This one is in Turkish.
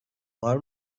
var